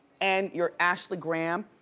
and you're ashley graham,